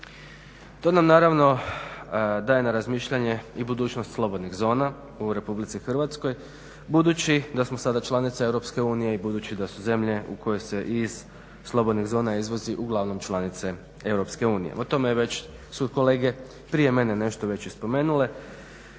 To nam naravno daje na razmišljanje i budućnost slobodnih zona u RH budući da smo sada članice EU i budući da su zemlje u kojoj se iz slobodnih zona izvozi uglavnom članice EU. O tome su već kolege prije mene nešto već i spomenule